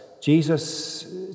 Jesus